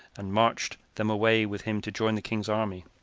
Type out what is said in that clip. and marched them away with him to join the king's army.